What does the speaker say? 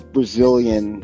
Brazilian